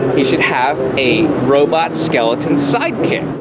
he should have a robot skeleton sidekick.